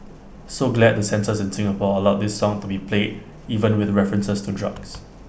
so glad the censors in Singapore allowed this song to be played even with references to drugs